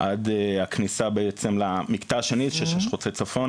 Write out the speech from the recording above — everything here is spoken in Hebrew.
עד הכניסה למקטע השני של 6 חוצה צפון.